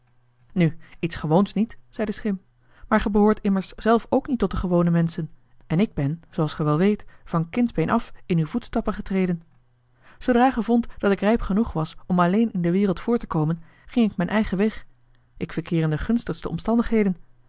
nu iets gewoons niet zei de schim maar ge behoort immers zelf ook niet tot de gewone menschen en ik ben zooals ge wel weet van kindsbeen af in uw voetstappen getreden zoodra ge vondt dat ik rijp genoeg was om alleen in de wereld voort te komen ging ik mijn eigen weg ik verkeer in de gunstigste omstandigheden